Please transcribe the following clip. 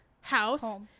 house